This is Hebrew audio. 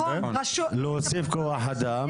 להוסיף כוח אדם.